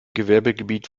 gewerbegebiet